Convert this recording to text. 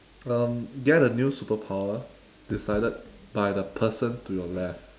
um get a new superpower decided by the person to you left